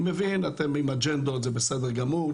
אני מבין שיש לכם אג'נדות וזה בסדר גמור,